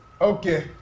Okay